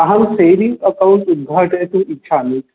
अहं saving account उद्घाटयितुम् इच्छामि